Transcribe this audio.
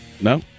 No